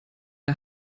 der